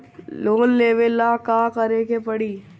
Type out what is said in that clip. Loan लेवे ला का करे के पड़ी?